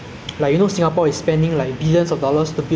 sea level and the increasing temperature of the world right